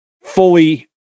fully